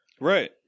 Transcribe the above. right